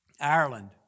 Ireland